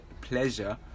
pleasure